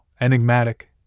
enigmatic